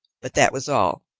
but that was all.